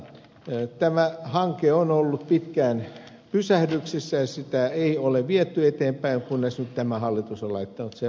tämä hanke on ollut pitkään pysähdyksissä ja sitä ei ole viety eteenpäin kunnes nyt tämä hallitus on laittanut siihen vauhtia